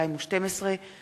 ברשות יושב-ראש הכנסת,